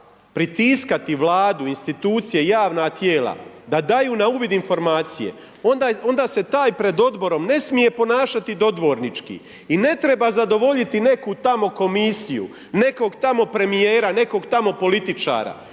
pritiskati Vladu, institucije, javna tijela da daju na uvid informacije, onda se taj pred odborom ne smije ponašati dodvornički i ne treba zadovoljiti neku tamo komisiju, nekog tamo premijera, nekog tamo političara